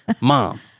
Mom